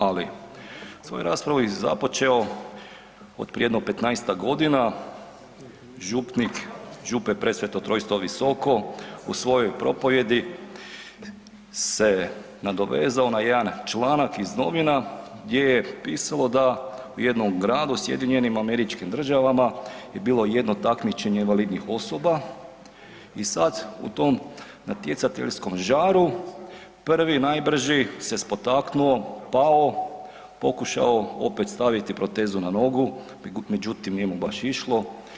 Ali bih svoju raspravu započeo od prije jedno 15-ak godina župnik Župe Presveto trojstvo Visoko u svojoj propovjedi se nadovezao na jedan članak iz novina gdje je pisalo da u jednom gradu u SAD-u je bilo takmičenje invalidnih osoba i sad u tom natjecateljskom žaru, prvi najbrži se spotaknuo, pao, pokušao opet staviti protezu na nogu međutim nije mu baš išlo.